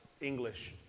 English